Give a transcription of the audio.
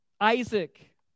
Isaac